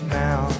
now